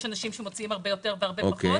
יש אנשים שמוציאים הרבה יותר או הרבה פחות.